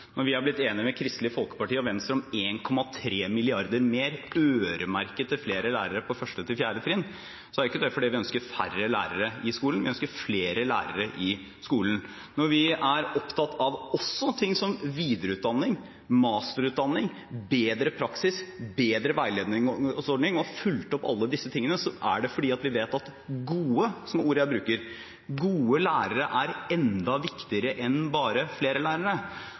Når vi har blitt enig med Kristelig Folkeparti og Venstre om 1,3 mrd. kr mer øremerket flere lærere på 1.–4. trinn, er ikke det fordi vi ønsker færre lærere i skolen. Vi ønsker flere lærere i skolen. Når vi også er opptatt av slikt som videreutdanning, masterutdanning, bedre praksis, bedre veiledningsordning og har fulgt opp alt dette, er det fordi vi vet at gode – som er ordet jeg bruker – lærere er enda viktigere enn bare flere lærere.